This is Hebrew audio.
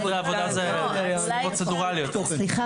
יתכן שזאת תהיה החלטה לגיטימית אבל היא תכניס את כל